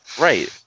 right